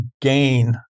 gain